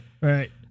right